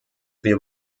wir